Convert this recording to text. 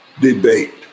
debate